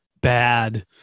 bad